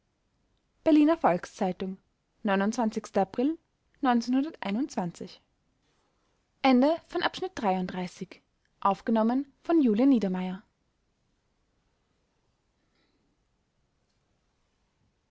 berliner volks-zeitung april